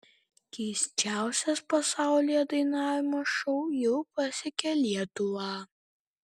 keisčiausias pasaulyje dainavimo šou jau pasiekė lietuvą